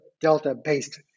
Delta-based